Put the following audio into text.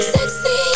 Sexy